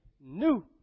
new